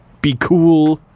be cool.